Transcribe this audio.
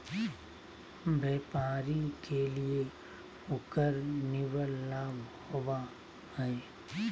व्यापारी के लिए उकर निवल लाभ होबा हइ